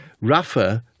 Rafa